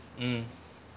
mm